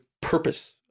purpose